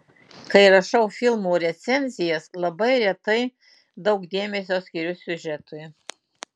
kai rašau filmų recenzijas labai retai daug dėmesio skiriu siužetui